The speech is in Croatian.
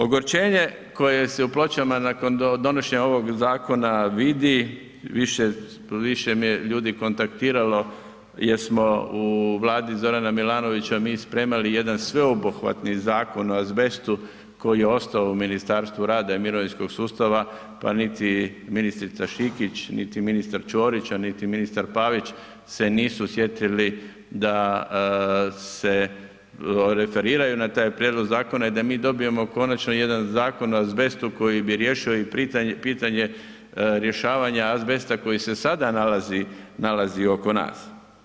Ogorčenje koje se u Pločama nakon donošenja ovog zakona vidi, više me je ljudi kontaktiralo jer smo u Vladi Zorana Milanovića mi spremali jedan sveobuhvatni Zakon o azbestu koji je ostao u Ministarstvu rada i mirovinskog sustava, pa niti ministrica Šikić, niti ministar Ćorić, a niti ministar Pavić se nisu sjetili da se referiraju na taj prijedlog zakona i da mi dobijemo konačno jedan Zakon o azbestu koji bi riješio i pitanje rješavanje azbesta koji se sada nalazi oko nas.